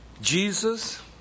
Jesus